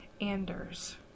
Anders